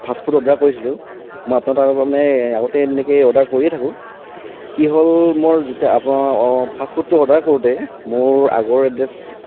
fast food order কৰিছিলোঁ মই আপোনাৰ তাৰ পৰা মানে আগতে তেনেকৈ অৰ্ডাৰ কৰিয়ে থাকোঁ কি হ'ল মোৰ যেতিয়া আপোনাৰ ফাষ্ট ফুডটো অৰ্ডাৰ কৰোঁতে মোৰ আগৰ এড্ৰেছ